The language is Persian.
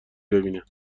ببینن